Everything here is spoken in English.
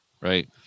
Right